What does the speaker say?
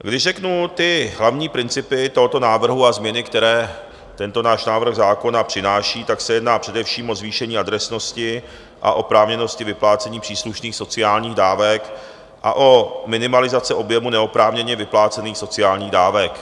Když řeknu hlavní principy tohoto návrhu a změny, které tento náš návrh zákona přináší, tak se jedná především o zvýšení adresnosti a oprávněnosti vyplácení příslušných sociálních dávek a o minimalizaci objemu neoprávněně vyplácených sociálních dávek.